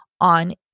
on